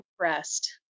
impressed